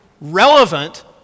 relevant